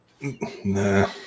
Nah